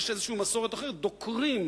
יש איזו מסורת אחרת, דוקרים.